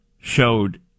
showed